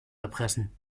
erpressen